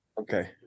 Okay